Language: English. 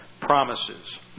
promises